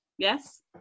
yes